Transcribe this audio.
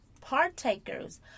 partakers